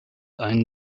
einen